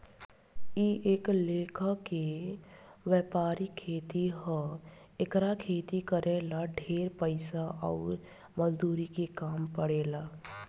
इ एक लेखा के वायपरिक खेती ह एकर खेती करे ला ढेरे पइसा अउर मजदूर के काम पड़ेला